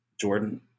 Jordan